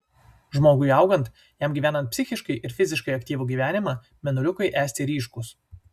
žmogui augant jam gyvenant psichiškai ir fiziškai aktyvų gyvenimą mėnuliukai esti ryškūs